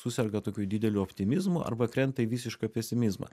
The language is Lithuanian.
suserga tokiu dideliu optimizmu arba krenta į visišką pesimizmą